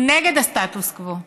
הוא נגד הסטטוס קוו.